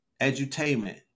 Edutainment